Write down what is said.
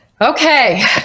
Okay